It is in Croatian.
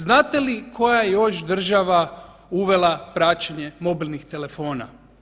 Znate li koja je još država uvela praćenje mobilnih telefona?